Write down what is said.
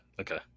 Okay